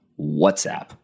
WhatsApp